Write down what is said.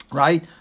right